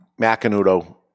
Macanudo